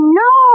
no